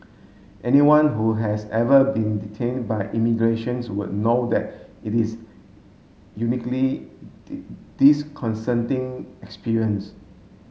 anyone who has ever been detained by immigrations would know that it is uniquely experience